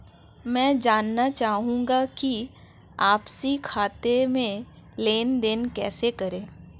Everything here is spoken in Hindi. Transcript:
मैं जानना चाहूँगा कि आपसी खाते में लेनदेन कैसे करें?